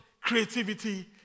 creativity